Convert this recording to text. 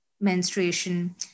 menstruation